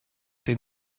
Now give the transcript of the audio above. den